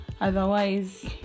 otherwise